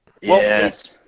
yes